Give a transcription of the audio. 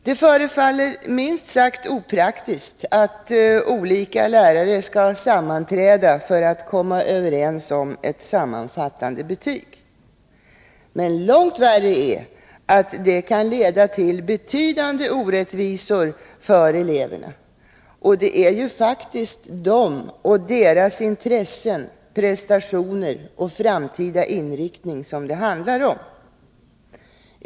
Det förefaller minst sagt opraktiskt att olika lärare skall sammanträda för att komma överens om ett sammanfattande betyg. Men långt värre är att det kan leda till betydande orättvisor för eleverna. Det är ju faktiskt eleverna och deras intressen, prestationer och framtida inriktning som det handlar om.